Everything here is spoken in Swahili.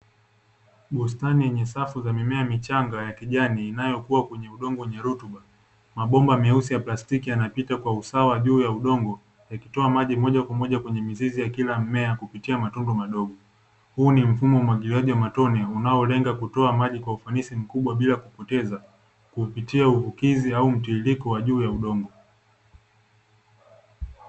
Bustani yenye safu za mimea michanga ya kijani inayokuwa kwenye udongo wenye rutuba, mabomba meusi ya plastiki yanapita kwa usawa juu ya udongo yakitoa maji moja kwa moja kwenye mizizi ya kila mmea kupitia matundu madogo, huu ni mfumo wa umwagiliaji wa matone unaolenga kutoa maji kwa ufanisi mkubwa bila kupoteza kupitia uvukizi au mtiririko wa juu ya udongo.